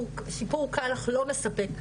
שיפור קל אך לא מספק,